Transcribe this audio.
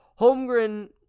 Holmgren